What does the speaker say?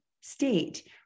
state